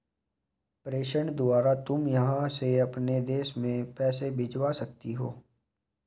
प्रेषण द्वारा तुम यहाँ से अपने देश में पैसे भिजवा सकती हो